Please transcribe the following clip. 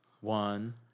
one